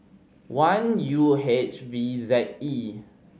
one U H V Z E